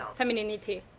um femininity.